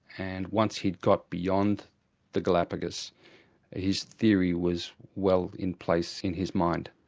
and once he'd got beyond the galapagos his theory was well in place in his mind.